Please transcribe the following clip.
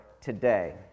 today